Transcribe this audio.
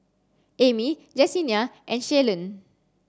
Amy Jesenia and Shalon